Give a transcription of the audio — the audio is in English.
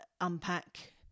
unpack